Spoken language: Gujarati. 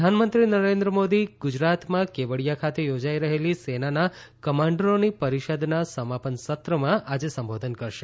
ગુજરાત પ્રધાનમંત્રી નરેન્દ્ર મોદી ગુજરાતમાં કેવડીયા ખાતે યોજાઇ રહેલી સેનાના કમાન્ડરોની પરીષદના સમાપન સત્રમાં આજે સંબોધન કરશે